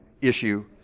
issue